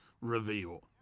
reveal